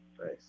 Nice